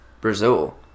Brazil